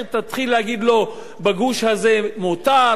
תתחיל להגיד לו: בגוש הזה מותר?